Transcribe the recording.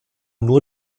nur